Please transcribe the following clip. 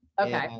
Okay